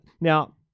now